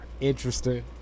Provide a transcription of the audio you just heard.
interesting